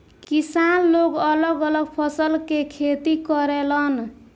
किसान लोग अलग अलग फसल के खेती करेलन